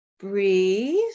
Breathe